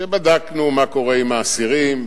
כשבדקנו מה קורה עם האסירים.